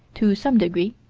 to some degree,